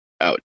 out